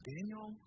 Daniel